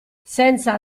senza